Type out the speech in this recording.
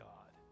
God